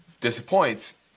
disappoints